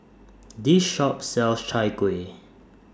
This Shop sells Chai Kueh